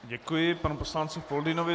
Děkuji panu poslanci Foldynovi.